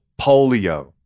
polio